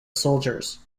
soldiers